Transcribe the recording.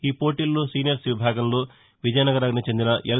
ఈ పోటీల్లో సీనియర్స్ విభాగంలో విజయనగరానికి చెందిన ఎల్